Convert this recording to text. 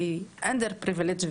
שהיא underprivileged,